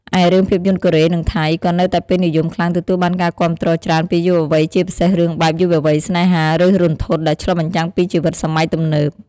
ឯរឿងភាពយន្តកូរ៉េ និងថៃ ក៏នៅតែពេញនិយមខ្លាំងទទួលបានការគាំទ្រច្រើនពីយុវវ័យជាពិសេសរឿងបែប យុវវ័យ ស្នេហា ឬរន្ធត់ ដែលឆ្លុះបញ្ចាំងពីជីវិតសម័យទំនើប ។